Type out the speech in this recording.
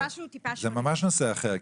זה ממש נושא אחר.